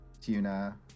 Tuna